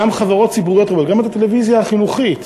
גם חברות ציבוריות, אבל גם את הטלוויזיה החינוכית